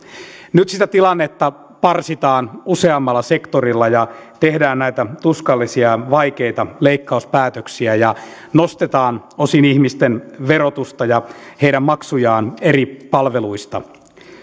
nyt sitä tilannetta parsitaan useammalla sektorilla ja tehdään näitä tuskallisia vaikeita leikkauspäätöksiä ja nostetaan osin ihmisten verotusta ja heidän maksujaan eri palveluista